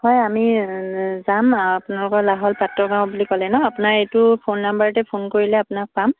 হয় আমি যাম আপোনালোকৰ লাহোৱাল পাত্ৰগাঁও বুলি ক'লে ন আপোনাৰ এইটো ফোন নাম্বাৰতে ফোন কৰিলে আপোনাক পাম